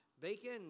Bacon